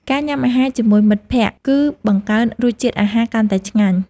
ការញ៉ាំអាហារជាមួយមិត្តភក្ដិ គឺបង្កើនរសជាតិអាហារកាន់តែឆ្ងាញ់។